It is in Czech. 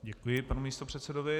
Děkuji panu místopředsedovi.